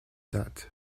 dates